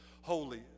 Holy